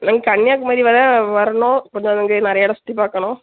நாங்கள் கன்னியாகுமரி வரை வரணும் கொஞ்சம் அங்கே நிறையா இடம் சுற்றி பார்க்கணும்